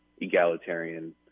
egalitarian